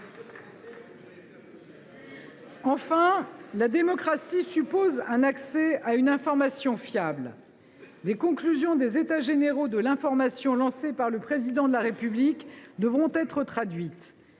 Enfin, la démocratie suppose un accès à une information fiable. Les conclusions des États généraux de l’information lancés par le Président de la République devront être traduites